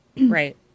right